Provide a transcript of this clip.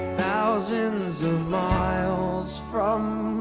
thousands of miles from